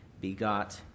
begot